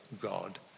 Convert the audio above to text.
God